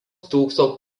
stūkso